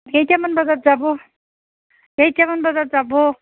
কেইটামান বজাত যাব কেইটামান বজাত যাব